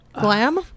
Glam